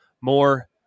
more